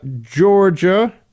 Georgia